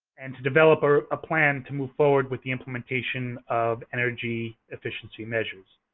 and to develop a plan to move forward with the implementation of energy efficiency measures.